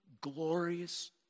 glorious